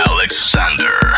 Alexander